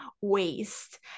waste